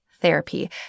therapy